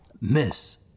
Miss